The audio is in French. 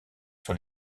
sur